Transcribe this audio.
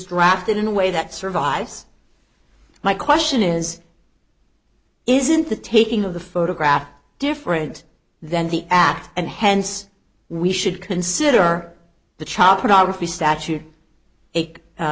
drafted in a way that survives my question is isn't the taking of the photograph different than the act and hence we should consider the child pornography statute